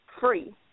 Free